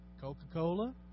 Coca-Cola